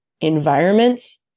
environments